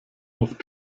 auf